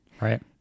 right